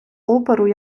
опору